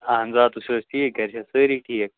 اَہَن حظ آ تُہۍ چھُو حظ ٹھیٖک گَرِ چھا سٲری ٹھیٖک